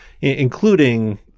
including